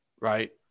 right